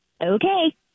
Okay